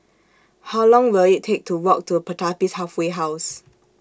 How Long Will IT Take to Walk to Pertapis Halfway House